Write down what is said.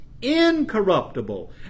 incorruptible